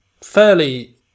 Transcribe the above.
fairly